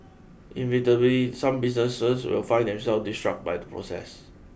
inevitably some businesses will find themselves disrupt by the process